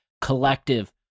collective